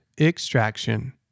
extraction